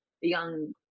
young